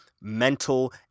mental